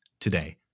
today